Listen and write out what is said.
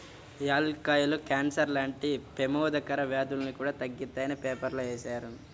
యాలుక్కాయాలు కాన్సర్ లాంటి పెమాదకర వ్యాధులను కూడా తగ్గిత్తాయని పేపర్లో వేశారు